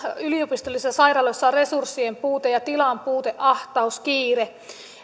yliopistollisissa sairaaloissa on resurssien puute ja tilan puute ahtaus kiire